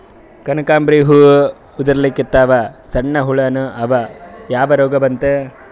ಕನಕಾಂಬ್ರಿ ಹೂ ಉದ್ರಲಿಕತ್ತಾವ, ಸಣ್ಣ ಹುಳಾನೂ ಅವಾ, ಯಾ ರೋಗಾ ಬಂತು?